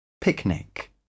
Picnic